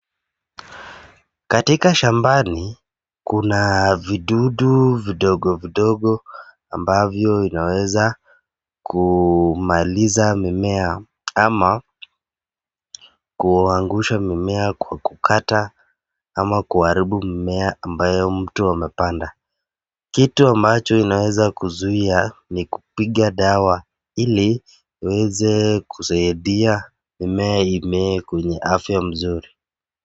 Katika shambani kuna vidudu vidogo vidogo ambavyo inaweza kumaliza mimea ama kuangusha mimea kwa kukata ama kuharibu mimea ambayo mtu amepanda. Kitu ambayo inaweza kuzuia ni kupiga dawa ili uweze kusaidia mimea imee kwenye afya mzuri.